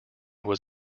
was